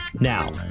Now